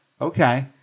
Okay